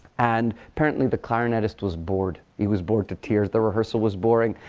and apparently, the clarinetist was bored. he was bored to tears. the rehearsal was boring.